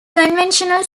conventional